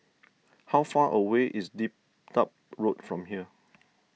how far away is Dedap Road from here